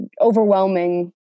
overwhelming